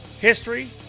History